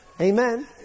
Amen